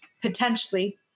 Potentially